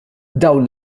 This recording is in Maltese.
dawn